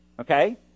okay